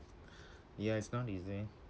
ya it's not easy